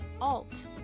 Alt